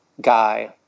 guy